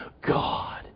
God